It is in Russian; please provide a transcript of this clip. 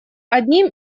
одним